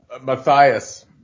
Matthias